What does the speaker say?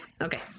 okay